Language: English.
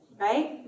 Right